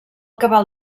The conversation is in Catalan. cabal